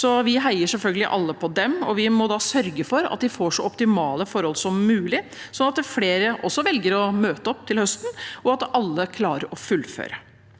så vi heier selvfølgelig alle på dem. Vi må da sørge for at de får så optimale forhold som mulig, sånn at flere velger å møte opp til høsten, og at alle klarer å fullføre.